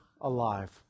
alive